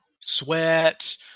Sweat